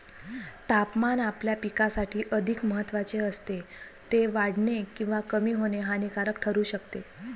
तापमान आपल्या पिकासाठी अधिक महत्त्वाचे असते, ते वाढणे किंवा कमी होणे हानिकारक ठरू शकते